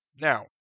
Now